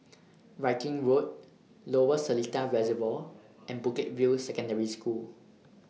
Viking Road Lower Seletar Reservoir and Bukit View Secondary School